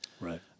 Right